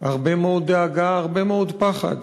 הרבה מאוד דאגה, הרבה מאוד פחד.